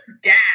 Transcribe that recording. dad